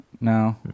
No